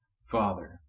Father